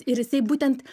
ir jisai būtent